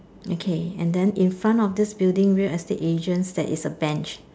okay and then in front of this building real estate agent there's a bench